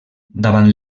davant